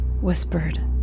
whispered